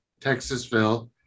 Texasville